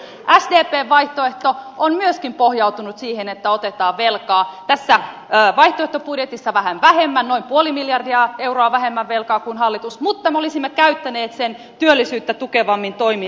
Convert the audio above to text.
sdpn vaihtoehto on myöskin pohjautunut siihen että otetaan velkaa tässä vaihtoehtobudjetissa vähän vähemmän noin puoli miljardia euroa vähemmän velkaa kuin hallitus on ottanut mutta me olisimme käyttäneet sen työllisyyttä tukeviin toimiin julkisiin investointeihin